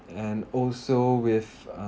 and also with uh